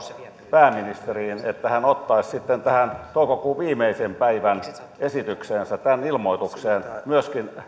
pääministeriin että hän ottaisi sitten tähän toukokuun viimeisen päivän esitykseensä tähän ilmoitukseen myöskin